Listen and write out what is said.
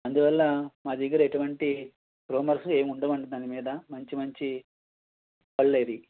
అందువల్ల మాదగ్గర ఎటువంటి రూమర్సు ఏం ఉండవండి దానిమీద మంచి మంచి పళ్ళే ఇవి